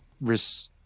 risk